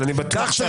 וכך הם לוחצים